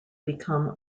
become